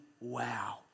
wow